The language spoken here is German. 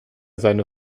seine